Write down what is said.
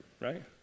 Right